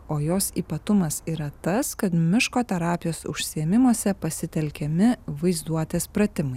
o jos ypatumas yra tas kad miško terapijos užsiėmimuose pasitelkiami vaizduotės pratimai